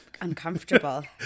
uncomfortable